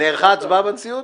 נערכה הצבעה בנשיאות?